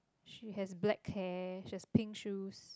she has black hair she has pink shoes